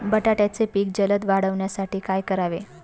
बटाट्याचे पीक जलद वाढवण्यासाठी काय करावे?